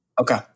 Okay